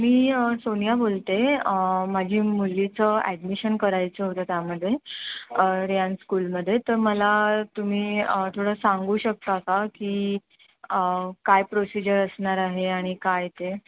मी सोनिया बोलते माझी मुलीचं ॲडमिशन करायचं होतं त्यामध्ये रियान स्कूलमध्ये तर मला तुम्ही थोडं सांगू शकता का की काय प्रोसिजर असणार आहे आणि काय ते